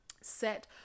set